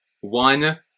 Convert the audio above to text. One